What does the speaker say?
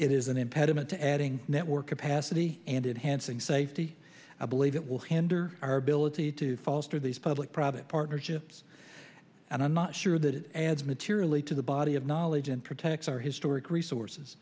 is an impediment to adding network capacity and it hansing safety i believe it will hinder our ability to foster these public private partnerships and i'm not sure that it adds materially to the body of knowledge and protects our historic resources